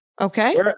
Okay